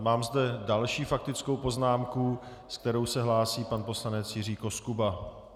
Mám zde další faktickou poznámku, se kterou se hlásí pan poslanec Jiří Koskuba.